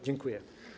Dziękuję.